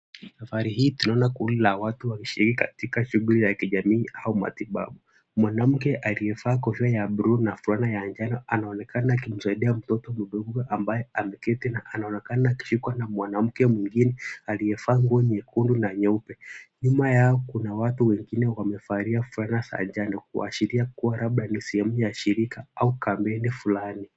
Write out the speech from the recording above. Safari hii tunaona kundi la watu washirika katika shughuli ya kijamii au matibabu. Mwanamke aliyevaa kofia ya buluu na fulana ya njano. Anaonekana akimsaidia mtoto mdogo ambaye ameketi na anaonekana akishikwa na mwanamke mwingine aliyevaa nguo nyekundu na nyeupe. Nyuma yao kuna watu wengine wamevalia fulana za njano kuashiria kuwa labda ni sehemu ya shirika au kampeni fulani.